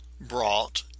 brought